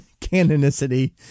canonicity